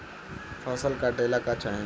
फसल काटेला का चाही?